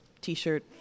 t-shirt